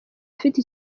afite